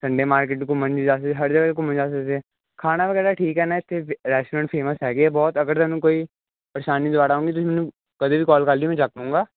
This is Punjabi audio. ਸੰਡੇ ਮਾਰਕੀਟ ਘੁੰਮਣ ਜਾ ਸਕਦੇ ਹਰ ਜਗ੍ਹਾ 'ਤੇ ਘੁੰਮਣ ਜਾ ਸਕਦੇ ਖਾਣਾ ਵਗੈਰਾ ਠੀਕ ਹੈ ਨਾ ਇੱਥੇ ਰੈਸਟੋਰੈਂਟ ਫੇਮਸ ਹੈਗੇ ਬਹੁਤ ਅਗਰ ਤੁਹਾਨੂੰ ਕੋਈ ਪਰੇਸ਼ਾਨੀ ਦੁਬਾਰਾ ਆਉਗੀ ਤੁਸੀਂ ਮੈਨੂੰ ਕਦੇ ਵੀ ਕਾਲ ਕਰ ਲਿਓ ਮੈਂ ਚੁੱਕ ਲਊਂਗਾ